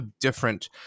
different